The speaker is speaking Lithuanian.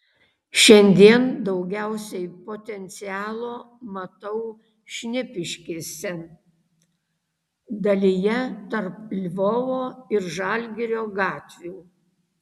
šiandien daugiausiai potencialo matau šnipiškėse dalyje tarp lvovo ir žalgirio gatvių